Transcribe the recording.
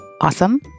Awesome